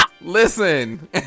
Listen